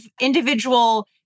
individual